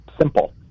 Simple